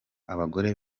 abagore